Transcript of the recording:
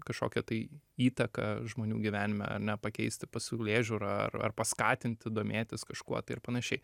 kažkokią tai įtaką žmonių gyvenime ar ne pakeisti pasaulėžiūrą ar ar paskatinti domėtis kažkuo tai ir panašiai